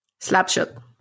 Slapshot